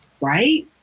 Right